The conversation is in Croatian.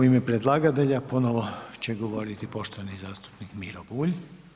U ime predlagatelja, ponovo će govoriti poštovani zastupnik Miro Bulj.